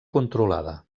controlada